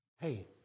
Hey